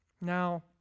Now